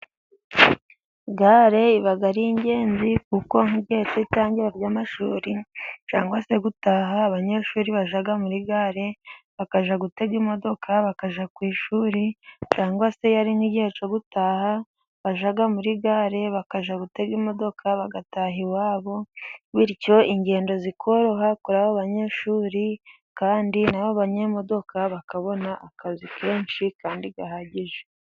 Gare iba ari ingenzi kuko nk'igihe cy'itangira ry'amashuri cyangwa se gutaha abanyeshuri bajya muri gare, bakajya gutega imodoka bakajya ku ishuri, cyangwa se iyo ari nk'igihe cyo gutaha bajya muri gare bakajya gutega imodoka bagataha iwabo, bityo ingendo zikoroha kuri abo banyeshuri, kandi na bo banyemodoka bakabona akazi kenshi, kandi gahagije.